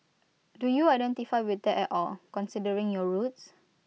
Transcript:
do you identify with that at all considering your roots